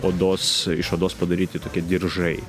odos iš odos padaryti tokie diržai